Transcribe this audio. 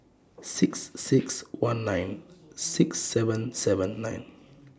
six six one nine six seven seven nine